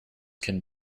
can